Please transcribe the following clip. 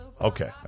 Okay